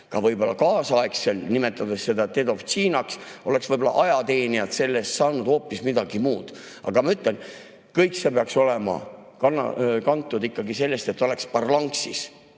– võib-olla kaasajal võib sedagi nimetada dedovštšinaks –, siis oleks võib-olla ajateenijad sellest saanud hoopis midagi muud. Aga ma ütlen, et kõik see peaks olema kantud ikkagi sellest, et oleks parlanksis.